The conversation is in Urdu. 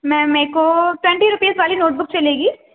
میم میکو ٹوینٹی روپیز والی نوٹبک چلے گی